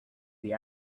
the